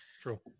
true